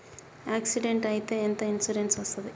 Accident అయితే ఎంత insurance వస్తది?